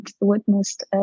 witnessed